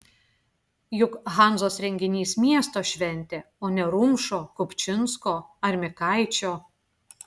juk hanzos renginys miesto šventė o ne rumšo kupčinsko ar mikaičio